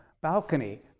balcony